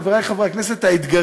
חברי חברי הכנסת,